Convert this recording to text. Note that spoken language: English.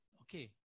Okay